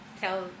tell